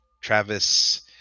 travis